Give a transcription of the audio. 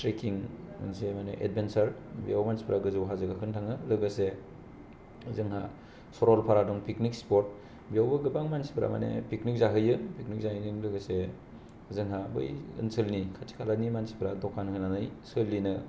ट्रेखिं मोनसे माने एदभेनसार बेआव मानसि फोरा गोजौ हाजो गाखोनो थाङो लोगोसे जोंहा सरलफारा दं फिकनिक सफ्त बेवबो गोबां मानसि फोरा माने फिकनिक जाहैयो फिकनिक जाहैनायजों लोगोसे जोंहा बै ओनसोलनि खाथि खालानि मानसि फोरा दखान होनानै सोलिनो